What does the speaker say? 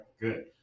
good